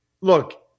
Look